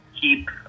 keep